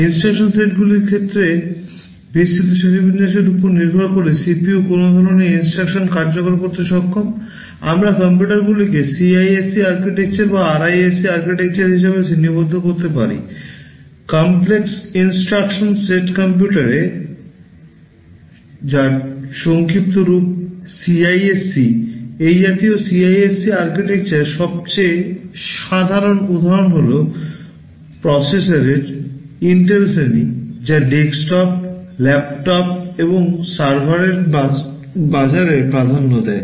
instruction সেটগুলির ক্ষেত্রে বিস্তৃত শ্রেণিবিন্যাসের উপর নির্ভর করে CPU কোন ধরণের নির্দেশনা যা ডেস্কটপ ল্যাপটপ এবং সার্ভারের বাজারে প্রাধান্য দেয়